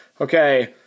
okay